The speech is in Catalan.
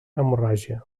hemorràgia